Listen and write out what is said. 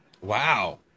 Wow